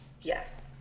yes